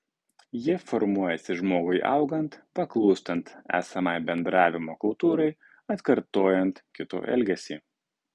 ji formuojasi žmogui augant paklūstant esamai bendravimo kultūrai atkartojant kito elgesį